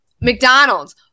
mcdonald's